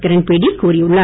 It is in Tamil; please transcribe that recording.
கிரண்பேடி கூறியுள்ளார்